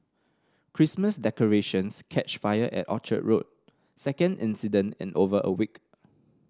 Christmas decorations catch fire at Orchard Road second incident in over a week